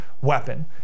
weapon